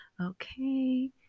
Okay